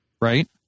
Right